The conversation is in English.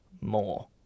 more